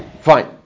fine